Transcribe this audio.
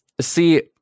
see